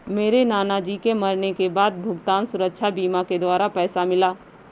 मेरे नाना जी के मरने के बाद भुगतान सुरक्षा बीमा के द्वारा पैसा मिला